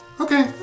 Okay